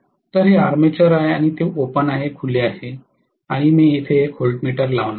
तर हे आर्मेचर आहे आणि ते खुले आहे आणि मी येथे एक व्होल्टमीटर लावणार आहे